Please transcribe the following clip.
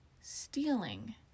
stealing